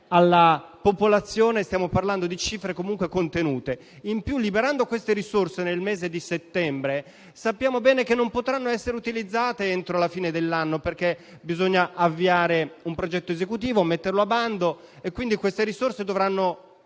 alla popolazione, stiamo parlando di cifre comunque contenute. In più, liberando queste risorse nel mese di settembre, sappiamo bene che esse non potranno essere utilizzate entro la fine dell'anno, perché bisogna avviare un progetto esecutivo e metterlo a bando. Quindi queste risorse dovranno